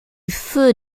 feu